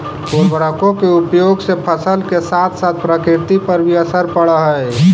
उर्वरकों के उपयोग से फसल के साथ साथ प्रकृति पर भी असर पड़अ हई